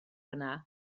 yna